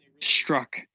struck